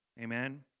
Amen